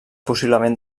possiblement